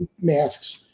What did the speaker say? masks